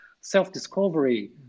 self-discovery